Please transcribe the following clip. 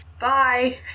Bye